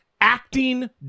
acting